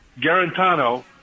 Garantano